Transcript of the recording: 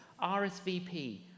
rsvp